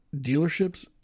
dealerships